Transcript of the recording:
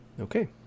Okay